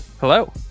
Hello